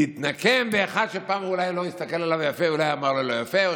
להתנקם באחד שפעם אולי לא הסתכל עליו יפה ואולי דיבר אליו לא יפה.